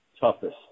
toughest